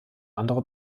andere